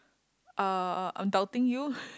uh I'm doubting you